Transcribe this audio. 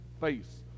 face